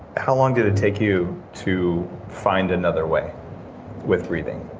how long did it take you to find another way with breathing?